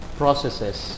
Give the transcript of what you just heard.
processes